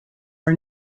are